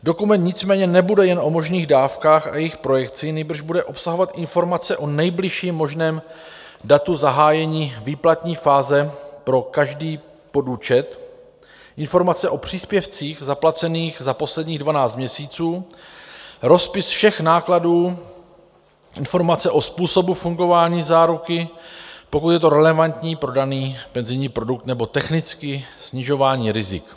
Dokument nicméně nebude jen o možných dávkách a jejich projekcí, nýbrž bude obsahovat informace o nejbližším možném datu zahájení výplatní fáze pro každý podúčet, informace o příspěvcích zaplacených za posledních 12 měsíců, rozpis všech nákladů, informace o způsobu fungování záruky, pokud je to relevantní pro daný penzijní produkt nebo technicky pro snižování rizik.